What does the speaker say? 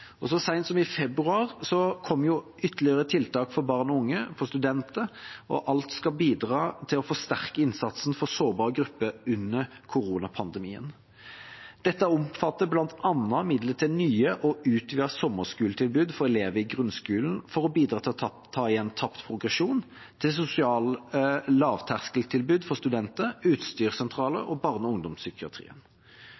Så sent som i februar kom det ytterligere tiltak for barn og unge og for studenter, og alt skal bidra til å forsterke innsatsen for sårbare grupper under koronapandemien. Dette omfatter bl.a. midler til nye og utvidede sommerskoletilbud for elever i grunnskolen for å bidra til å ta igjen tapt progresjon, til sosiale lavterskeltilbud for studenter,